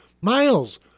Miles